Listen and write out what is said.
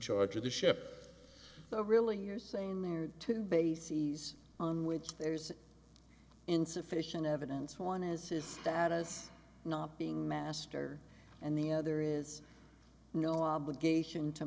charge of the ship so really you're saying there are two bases on which there's insufficient evidence one is his status not being master and the other is no obligation to